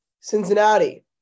Cincinnati